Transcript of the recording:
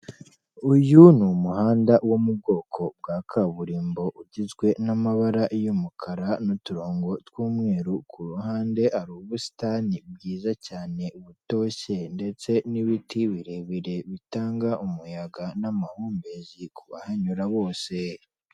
uyu ni umuhanda wo mu bwoko bwa kaburimbo ugizwe n'amabara y'umukara n'uturongo tw'umweru ku ruhande hari ubusitani bwiza cyane butoshye ndetse n'ibiti birebire bitanga umuyaga n'amahumbezi kubahanyura bose.